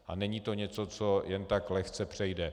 A není to něco, co jen tak lehce přejde.